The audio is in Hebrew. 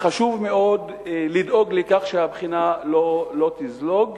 וחשוב מאוד לדאוג לכך שהבחינה לא תזלוג.